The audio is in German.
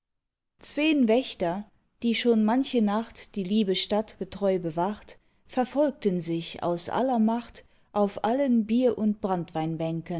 zween wächter die schon manche nacht die liebe stadt getreu bewacht verfolgten sich aus aller macht auf allen bier und